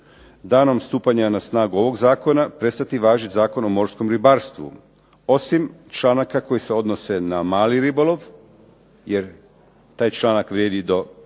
danom stupanja na snagu ovog zakna prestati važiti Zakon o morskom ribarstvu, osim članaka koji se odnose na mali ribolov, jer taj članak vrijedi do